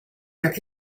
there